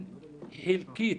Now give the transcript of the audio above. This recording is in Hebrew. היא לא מספיק פריפריאלית,